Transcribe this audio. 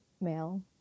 male